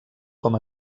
com